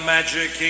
Magic